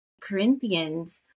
Corinthians